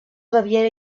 baviera